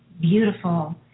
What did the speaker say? beautiful